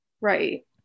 Right